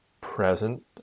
present